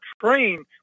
train